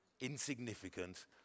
insignificant